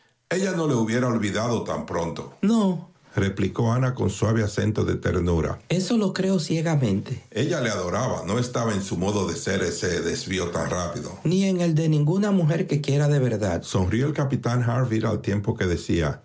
ella no le hubiera olvidado tan pronto noreplicó ana con suave acento de ternura eso lo creo ciegamente ella le adoraba no estaba en su modo de ser ese desvío tan rápido ni en el de ninguna mujer que quiera de verdad sonrió el capitán harville al tiempo que decía